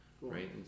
right